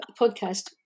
podcast